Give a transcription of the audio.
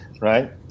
Right